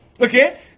Okay